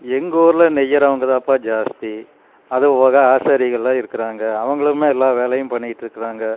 எங்கள் ஊரில் நெய்யுறவங்க தான்ப்பா ஜாஸ்தி அது போக ஆசாரிகள்லாம் இருக்கிறாங்க அவங்களும் எல்லா வேலையும் பண்ணிக்கிட்ருக்கிறாங்க